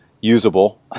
usable